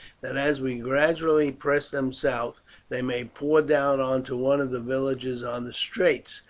that as we gradually press them south they may pour down on to one of the villages on the straits,